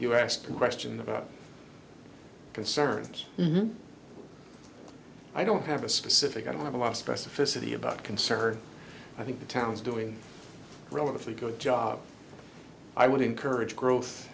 you asking questions about concerns i don't have a specific i don't have a lot of specificity about concern i think the town's doing relatively good job i would encourage growth